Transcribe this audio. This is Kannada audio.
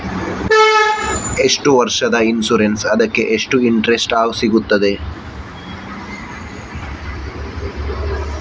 ಎಷ್ಟು ವರ್ಷದ ಇನ್ಸೂರೆನ್ಸ್ ಅದಕ್ಕೆ ಎಷ್ಟು ಇಂಟ್ರೆಸ್ಟ್ ಸಿಗುತ್ತದೆ?